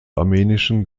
armenischen